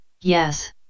Yes